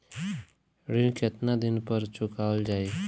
ऋण केतना दिन पर चुकवाल जाइ?